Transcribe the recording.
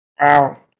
Wow